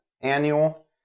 annual